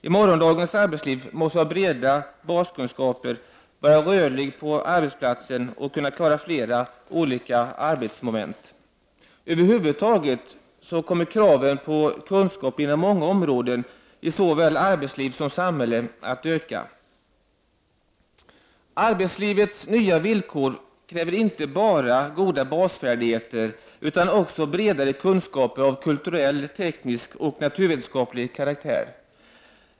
I morgondagens arbetsliv måste man ha breda baskunskaper, vara rörlig på arbetsplatsen och kunna klara flera olika arbetsmoment. Över huvud taget kommer kraven på kunskap inom många områden såväl i arbetsliv som i samhälle att öka. Arbetslivets nya villkor kräver inte bara goda basfärdigheter utan också bredare kunskaper av kulturell, teknisk och naturvetenskaplig karaktär.